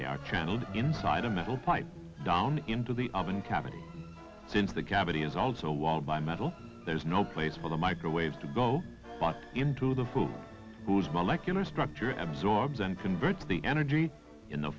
they are channeled inside a metal pipe down into the oven cavity since the cavity is also all by metal there is no place for the microwaves to go into the food because molecular structure absorbs and converts the energy in the